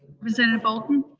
representative bolden?